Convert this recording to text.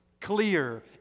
clear